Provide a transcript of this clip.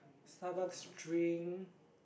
Starbucks drink